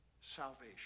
salvation